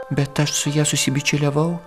bet aš su ja susibičiuliavau